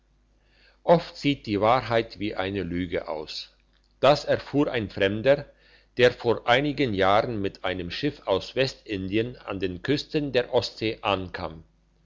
oft sieht die wahrheit wie eine lüge aus das erfuhr ein fremder der vor einigen jahren mit einem schiff aus westindien an den küsten der ostsee ankam